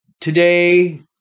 Today